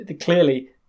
clearly